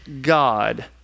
God